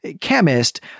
chemist